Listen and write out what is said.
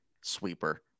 sweeper